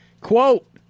Quote